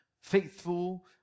faithful